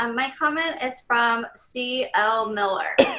um my comment is from c. l miller.